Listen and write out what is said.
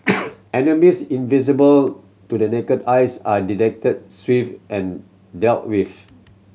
enemies invisible to the naked eyes are detected swift and dealt with